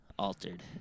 altered